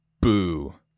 boo